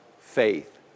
faith